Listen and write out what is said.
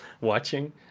watching